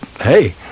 hey